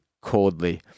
coldly